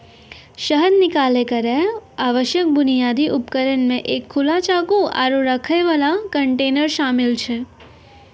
शहद निकालै केरो आवश्यक बुनियादी उपकरण म एक खुला चाकू, आरु रखै वाला कंटेनर शामिल छै